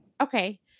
Okay